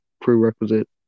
prerequisite